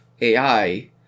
AI